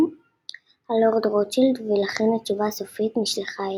הלורד רוטשילד ולכן התשובה הסופית נשלחה אליו.